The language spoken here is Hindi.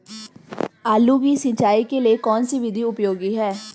आलू की सिंचाई के लिए कौन सी विधि उपयोगी है?